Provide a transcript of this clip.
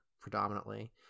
predominantly